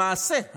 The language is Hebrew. למעשה,